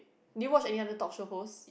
did you watch any other talk show host